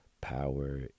power